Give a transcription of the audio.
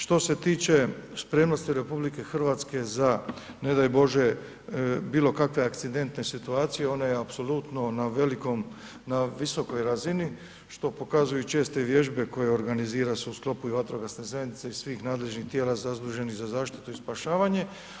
Što se tiče spremnosti Republike Hrvatske za ne daj Bože bilo kakve akcidentne situacije, ona je apsolutno na velikom, na visokoj razini što pokazuju i česte vježbe koje organizira se u sklopu i vatrogasne zajednice i svih nadležnih tijela zaduženih za zaštitu i spašavanje.